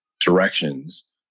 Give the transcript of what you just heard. directions